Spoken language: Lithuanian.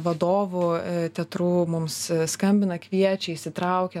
vadovų teatrų mums skambina kviečia įsitraukia